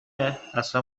اصلا